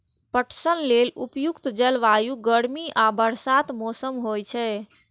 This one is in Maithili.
पटसन लेल उपयुक्त जलवायु गर्मी आ बरसातक मौसम होइ छै